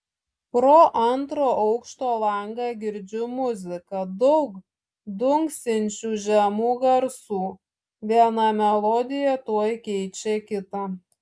pro antro aukšto langą girdžiu muziką daug dunksinčių žemų garsų viena melodija tuoj keičia kitą